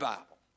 Bible